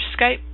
Skype